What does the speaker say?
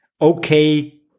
okay